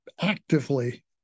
actively